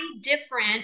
different